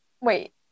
Wait